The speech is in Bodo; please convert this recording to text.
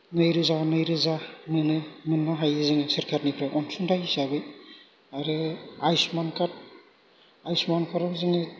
नैरोजा नैरोजा मोनो मोननो हायो जोङो सोरखारनिफ्राय अनसुंथाय हिसाबै आरो आयुशमान कार्ड आयुशमानफोराव जोङो